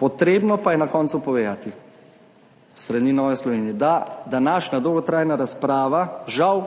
Potrebno pa je na koncu povedati s strani Nove Slovenije, da bo današnja dolgotrajna razprava žal